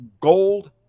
gold